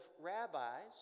rabbis